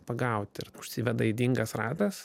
pagauti ir užsiveda ydingas ratas